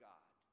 God